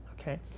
okay